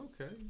Okay